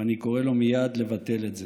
ואני קורא לו מייד לבטל את זה.